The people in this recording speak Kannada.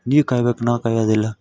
ನೀವು ಕಾಯ್ಬೇಕು ನಾವು ಕಾಯೋದಿಲ್ಲ